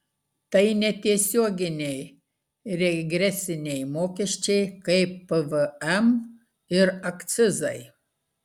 tai netiesioginiai regresiniai mokesčiai kaip pvm ir akcizai